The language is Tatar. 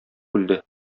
үлде